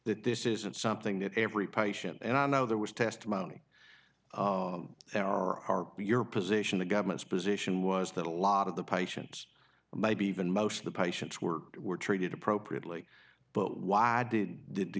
that this isn't something that every patient and i know there was testimony there are your position the government's position was that a lot of the patients and maybe even most of the patients were were treated appropriately but why did did the